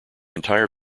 entire